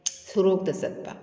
ꯁꯣꯔꯣꯛꯇ ꯆꯠꯄ